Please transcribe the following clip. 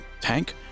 tank